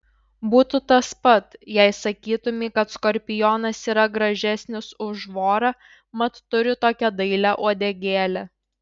būtų tas pat jei sakytumei kad skorpionas yra gražesnis už vorą mat turi tokią dailią uodegėlę